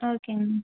ஓகேங்கண்ணா